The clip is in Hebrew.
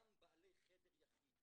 גם בעלי חדר יחיד.